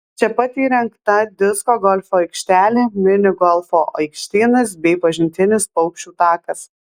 čia pat įrengta disko golfo aikštelė mini golfo aikštynas bei pažintinis paukščių takas